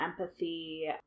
empathy